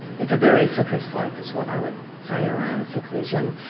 it's a very slippery slope is what i would say around seclusion.